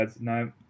no